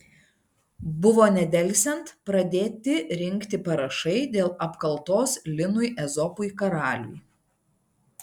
buvo nedelsiant pradėti rinkti parašai dėl apkaltos linui ezopui karaliui